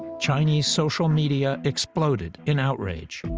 chinese social media exploded in outrage.